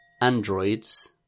androids